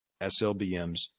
SLBMs